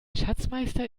schatzmeister